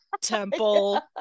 temple